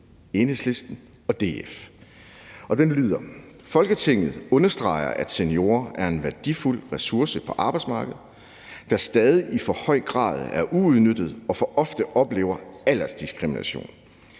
vedtagelse »Folketinget understreger, at seniorer er en værdifuld ressource på arbejdsmarkedet, der stadig i for høj grad er uudnyttet og for ofte oplever aldersdiskrimination.